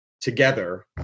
together